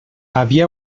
havia